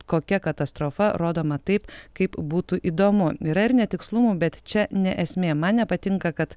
kokia katastrofa rodoma taip kaip būtų įdomu yra ir netikslumų bet čia ne esmė man nepatinka kad